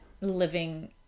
living